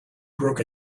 broke